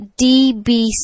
DBC